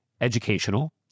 educational